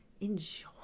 enjoy